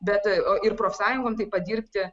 bet o ir profsąjungom taip pat dirbti